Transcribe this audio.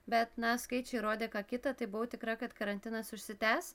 bet na skaičiai rodė ką kita tai buvau tikra kad karantinas užsitęs